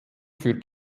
für